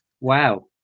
Wow